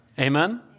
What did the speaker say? Amen